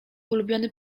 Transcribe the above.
ulubiony